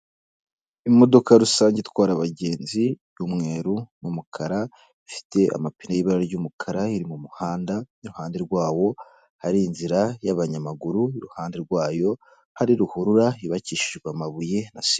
Imodoka rusange itwara abagenzi y' umweru n'umukara, ifite amapine y'ibara ry'umukara iri mu muhanda, iruhande rwawo hari inzira y'abanyamaguru, iruhande rwayo hari ruhurura yubakishijwe amabuye na sima.